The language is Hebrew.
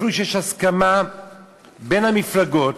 אפילו שיש הסכמה בין המפלגות,